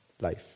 life